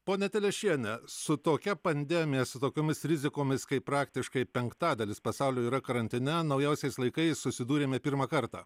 ponia telešiene su tokia pandemija su tokiomis rizikomis kai praktiškai penktadalis pasaulio yra karantine naujausiais laikais susidūrėme pirmą kartą